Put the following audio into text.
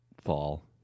fall